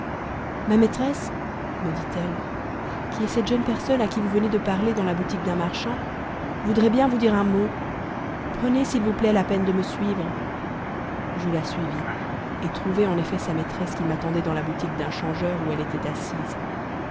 ma maîtresse me dit-elle qui est cette jeune personne à qui vous venez de parler dans la boutique d'un marchand voudrait bien vous dire un mot prenez s'il vous plaît la peine de me suivre je la suivis et trouvai en effet sa maîtresse qui m'attendait dans la boutique d'un changeur où elle était assise